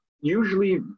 usually